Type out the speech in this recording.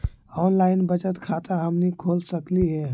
Online बचत खाता हमनी खोल सकली हे?